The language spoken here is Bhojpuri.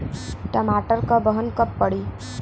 टमाटर क बहन कब पड़ी?